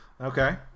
Okay